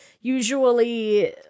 Usually